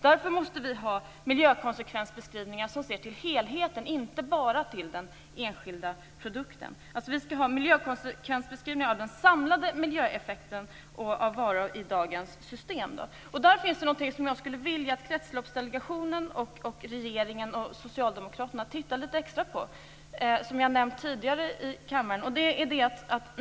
Därför måste vi ha miljökonsekvensbeskrivningar som ser till helheten, inte bara till den enskilda produkten. Vi skall ha miljökonsekvensbeskrivningar av den samlade miljöeffekten av varor i dagens system. I det sammanhanget finns det något som jag skulle vilja att Kretsloppsdelegationen, regeringen och socialdemokraterna tittade litet extra på, något jag har nämnt tidigare här i kammaren.